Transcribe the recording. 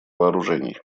вооружений